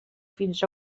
fins